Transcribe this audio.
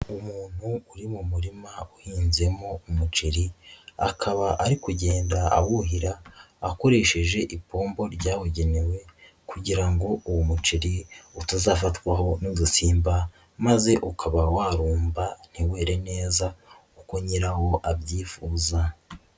Umuntu uri mu murima uhinzemo umuceri, akaba ari kugenda awuhira akoresheje ipombo ryabugenewe kugira ngo uwo muceri utazafatwaho n'usutimba maze ukaba warumba ntiwere neza uko nyirawo abyifuza.